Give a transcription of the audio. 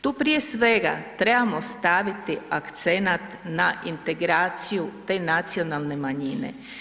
Tu prije svega trebamo staviti akcenat na integraciju te nacionalne manjine.